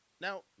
Now